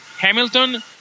Hamilton